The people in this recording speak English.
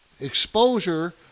exposure